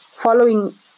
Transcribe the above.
following